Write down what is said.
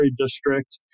District